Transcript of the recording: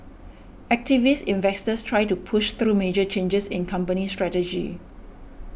activist investors try to push through major changes in company strategy